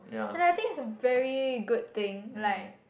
and I think its a very good thing like